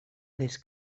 les